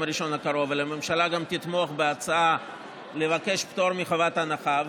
ראשון הקרוב אלא שהממשלה גם תתמוך בהצעה לבקש פטור מחובת ההנחה,